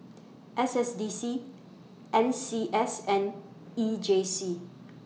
S S D C N C S and E J C